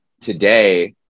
today